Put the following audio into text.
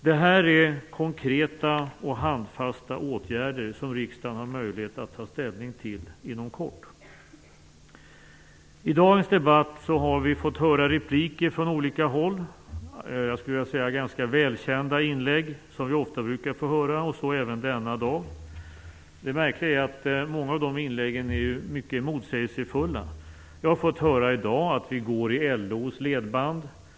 Det här är konkreta och handfasta åtgärder som riksdagen har möjlighet att ta ställning till inom kort. I dagens debatt har vi fått höra repliker från olika håll. Det har varit, vill jag säga, ganska välkända inlägg, som vi ofta brukar få höra. Så även denna dag. Det märkliga är att många av inläggen är mycket motsägelsefulla. Vi har i dag fått höra att vi går i LO:s ledband.